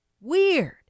weird